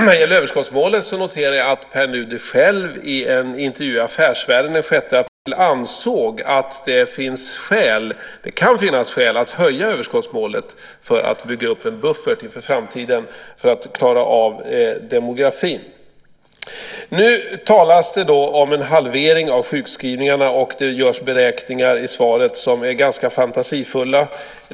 Vad gäller överskottsmålet noterar jag att Pär Nuder själv i en intervju i Affärsvärlden den 6 april ansåg att det kan finnas skäl att höja överskottsmålet för att bygga upp en buffert inför framtiden för att klara av demografin. Nu talas det om en halvering av sjukskrivningarna, och det görs beräkningar i svaret som är ganska fantasifulla.